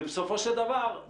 ובסופו של דבר,